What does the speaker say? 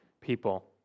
people